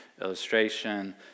illustration